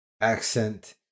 accent